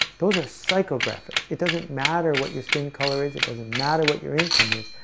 those are psychographics it doesn't matter what your skin color is. it doesn't matter what your income is.